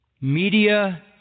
Media